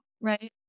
right